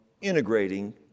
integrating